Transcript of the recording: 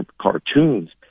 cartoons